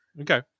Okay